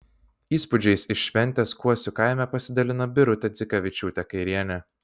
įspūdžiais iš šventės kuosių kaime pasidalino birutė dzikavičiūtė kairienė